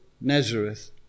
Nazareth